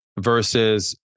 versus